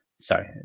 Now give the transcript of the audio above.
Sorry